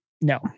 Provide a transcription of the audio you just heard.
No